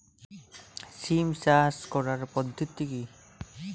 সিম চাষ করার পদ্ধতি কী?